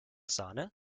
sahne